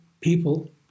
people